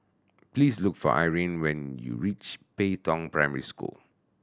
please look for Irene when you reach Pei Tong Primary School